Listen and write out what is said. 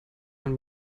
man